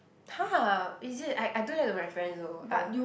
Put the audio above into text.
!huh! is it I I do that to my friends also I will